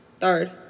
third